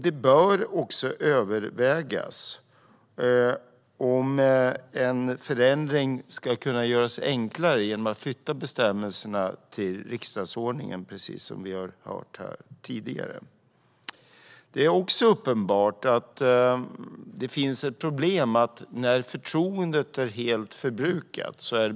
Det bör även övervägas om en förändring ska kunna göras enklare genom att bestämmelserna flyttas till riksdagsordningen, vilket vi har hört tidigare talare ta upp. Det är uppenbart att ett problem uppstår när ett förtroende är helt förbrukat.